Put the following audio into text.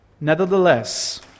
Nevertheless